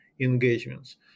engagements